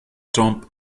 trump